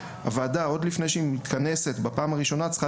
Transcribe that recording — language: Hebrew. עוד לפני שהיא מתכנסת בפעם הראשונה הוועדה צריכה